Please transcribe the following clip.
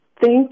Thank